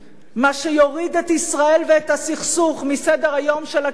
מה שיוריד את ישראל ואת הסכסוך מסדר-היום של הקיצונים